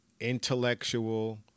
intellectual